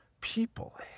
people